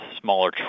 smaller